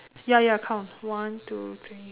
ya ya count one two three